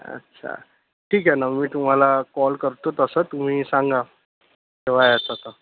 अच्छा ठीक आहे ना मी तुम्हाला कॉल करतो तसं तुम्ही सांगा केव्हा यायचं तर